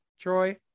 Troy